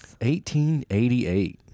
1888